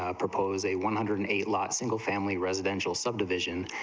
ah propose a one hundred and eighty lot single family residential subdivision,